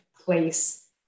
place